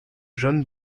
john